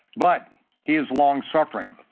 but he is long suffering.